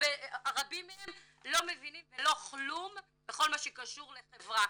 רבים מהם לא מבינים ולא כלום בכל מה שקשור לחברה.